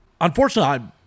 Unfortunately